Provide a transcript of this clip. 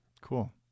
Cool